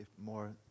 more